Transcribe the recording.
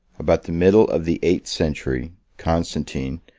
about the middle of the eight century, constantine,